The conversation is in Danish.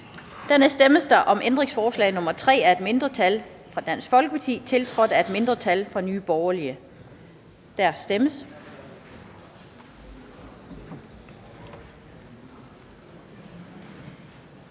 Dernæst stemmes der om ændringsforslag nr. 3 af et mindretal (DF), tiltrådt af et mindretal (NB), og der kan stemmes.